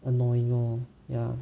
annoying lor ya